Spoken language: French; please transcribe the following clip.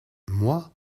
moi